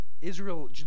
Israel